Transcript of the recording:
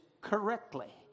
correctly